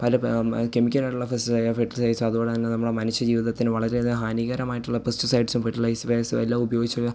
പല കെമിക്കൽ ആയിട്ടുള്ള ഫെസ് ഫെർട്ടിലൈസ് അതോടെതന്നെ നമ്മളെ മനുഷ്യ ജീവിതത്തിന് വളരെ അധികം ഹാനികരമായിട്ടുള്ള പെസ്റ്റിസൈഡ്സും ഫെർട്ടിലൈസ് ഗ്യാസും എല്ലാം ഉപയോഗിച്ചുള്ള